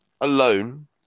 alone